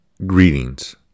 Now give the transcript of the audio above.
Greetings